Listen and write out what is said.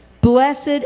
blessed